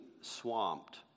swamped